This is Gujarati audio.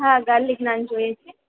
હા ગાર્લિક નાન જોઈએ છે